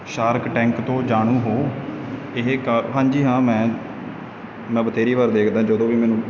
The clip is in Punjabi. ਸ਼ਾਰਕ ਟੈਂਕ ਤੋਂ ਜਾਣੂ ਹੋ ਇਹ ਕਾਰ ਹਾਂਜੀ ਹਾਂ ਮੈਂ ਮੈਂ ਬਥੇਰੀ ਬਾਰ ਦੇਖਦਾ ਜਦੋਂ ਵੀ ਮੈਨੂੰ